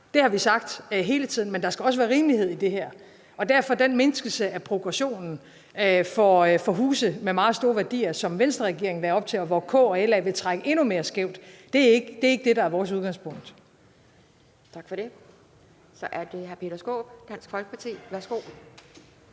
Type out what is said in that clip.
det har vi sagt hele tiden. Men der skal også være rimelighed i det her, og derfor er den mindskelse af progressionen for huse af meget stor værdi, som Venstreregeringen lagde op til, og hvor K og LA ville trække endnu mere skævt, ikke vores udgangspunkt. Kl. 10:42 Formanden (Pia Kjærsgaard): Tak for det. Så er det hr. Peter Skaarup, Dansk Folkeparti. Værsgo.